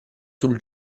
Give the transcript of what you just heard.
sul